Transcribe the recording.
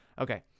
Okay